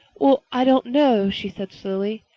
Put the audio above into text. well, i don't know, she said slowly.